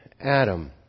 Adam